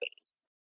base